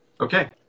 Okay